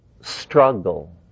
struggle